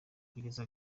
kugeza